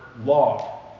law